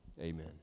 amen